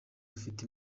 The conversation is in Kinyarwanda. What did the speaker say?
ufite